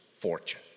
fortune